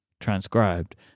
transcribed